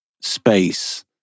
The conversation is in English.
space